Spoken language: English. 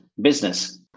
business